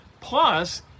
plus